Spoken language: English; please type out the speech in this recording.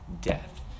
death